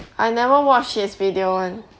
I never watch his video [one]